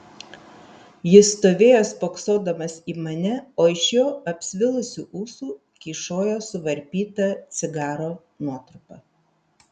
jis stovėjo spoksodamas į mane o iš jo apsvilusių ūsų kyšojo suvarpyta cigaro nuotrupa